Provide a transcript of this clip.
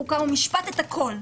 חוק ומשפט את הכול.